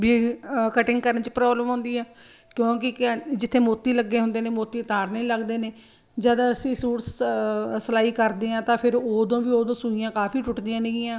ਵੀ cutting ਕਰਨ 'ਚ problem ਆਉਂਦੀ ਆ ਕਿਉਂਕਿ ਜਿੱਥੇ ਮੋਤੀ ਲੱਗੇ ਹੁੰਦੇ ਨੇ ਮੋਤੀ ਉਤਾਰਨੇ ਲੱਗਦੇ ਨੇ ਜਦ ਅਸੀਂ ਸੂਟ ਸ ਸਿਲਾਈ ਕਰਦੇ ਹਾਂ ਤਾਂ ਫਿਰ ਉਦੋਂ ਵੀ ਉਦੋਂ ਸੂਈਆਂ ਕਾਫੀ ਟੁੱਟਦੀਆਂ ਨੇਗੀਆਂ